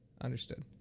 Understood